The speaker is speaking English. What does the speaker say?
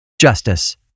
Justice